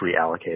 reallocate